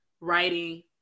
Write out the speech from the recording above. writing